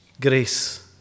Grace